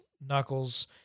knuckles